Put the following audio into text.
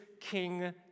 King